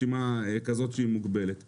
הם כתבו בתוך הרשימה כל מה שמותר וכל השאר אסור.